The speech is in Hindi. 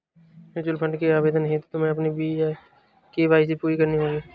म्यूचूअल फंड के आवेदन हेतु तुम्हें अपनी के.वाई.सी पूरी करनी होगी